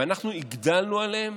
ואנחנו הגדלנו עליהם